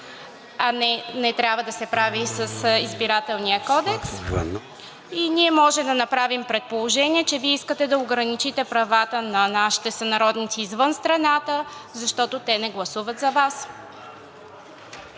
а не трябва да се прави с Избирателния кодекс. И ние може да направим предположение, че Вие искате да ограничите правата на нашите сънародници извън страната, защото те не гласуват за Вас.